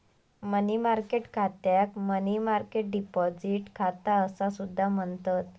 मनी market खात्याक money market deposit खाता असा सुद्धा म्हणतत